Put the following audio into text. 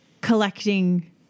collecting